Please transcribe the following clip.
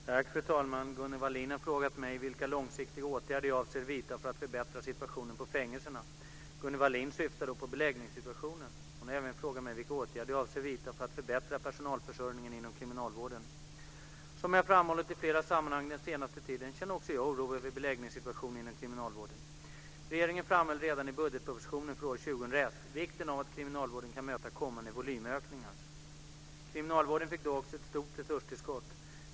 Fru talman! Gunnel Wallin har frågat mig vilka långsiktiga åtgärder jag avser att vidta för att förbättra situationen på fängelserna. Gunnel Wallin syftar då på beläggningssituationen. Hon har även frågat mig vilka åtgärder jag avser att vidta för att förbättra personalförsörjningen inom kriminalvården. Som jag har framhållit i flera sammanhang den senaste tiden känner också jag oro över beläggningssituationen inom kriminalvården. Regeringen framhöll redan i budgetpropositionen för år 2001 vikten av att kriminalvården kan möta kommande volymökningar. Kriminalvården fick då också ett stort resurstillskott.